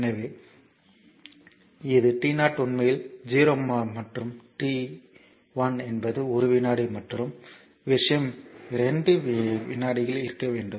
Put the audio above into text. எனவே t 0 முதல் t 1 வரை எனவே இது t0 உண்மையில் 0 மற்றும் t 1 என்பது ஒரு வினாடி மற்றொரு விஷயம் 2 வினாடிகளில் இருக்க வேண்டும்